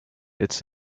it’s